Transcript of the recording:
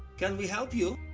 can we help you?